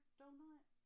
donut